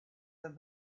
them